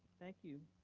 thank you.